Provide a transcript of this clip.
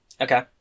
Okay